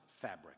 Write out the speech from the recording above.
fabric